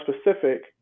specific